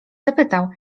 zapytał